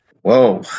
Whoa